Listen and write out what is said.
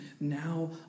Now